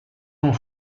ont